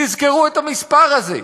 תזכרו את המספר הזה,